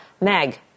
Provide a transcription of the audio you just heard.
Meg